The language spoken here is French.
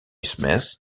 smith